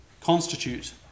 constitute